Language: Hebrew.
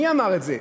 מי אמר את זה?